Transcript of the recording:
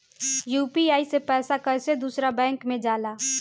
UPI से पैसा कैसे दूसरा बैंक मे जाला?